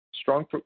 Strong